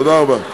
תודה רבה.